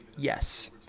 Yes